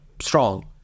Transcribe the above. strong